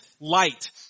light